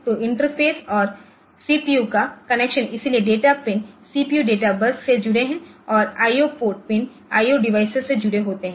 तो इंटरफ़ेस और सीपीयू का कनेक्शन इसलिए data pin CPU data bus से जुड़े हैं और आईओ पोर्टपिन IO डिवाइस से जुड़े होते हैं